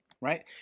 right